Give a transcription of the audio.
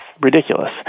ridiculous